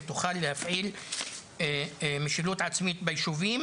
שתוכל להפעיל משילות עצמית ביישובים,